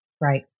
Right